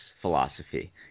philosophy